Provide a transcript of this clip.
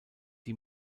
die